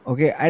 Okay